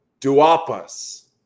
Duapas